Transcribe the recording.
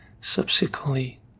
subsequently